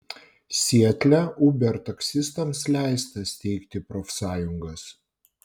sietle uber taksistams leista steigti profsąjungas